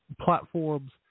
platforms